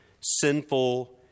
sinful